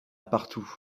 partout